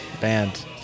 band